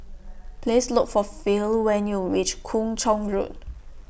Please Look For Phil when YOU REACH Kung Chong Road